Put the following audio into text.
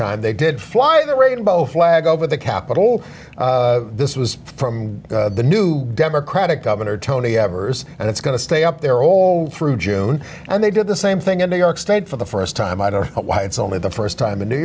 time they did fly the rainbow flag one over the capitol this was from the new democratic governor tony evers and it's going to stay up there all through june and they did the same thing in new york state for the st time i don't know why it's only the st time in new